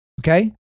Okay